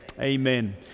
Amen